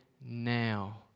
now